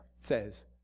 says